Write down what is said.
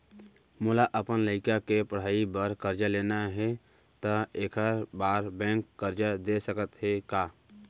मोला अपन लइका के पढ़ई बर करजा लेना हे, त एखर बार बैंक करजा दे सकत हे का?